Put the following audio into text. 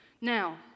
Now